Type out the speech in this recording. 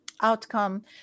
outcome